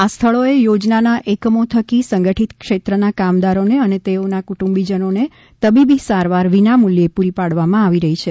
આ સ્થળોએ યોજનાના એકમો થકી સંગઠિત ક્ષેત્રના કામદારોને અને તેઓના કુંટુંબીજનોને તબીબી સારવાર વિના મૂલ્યે પુરી પાડવામાં આવી રહી છે